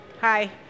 Hi